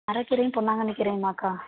அரை கீரையும் பொன்னாங்கன்னி கீரையுமாக்கா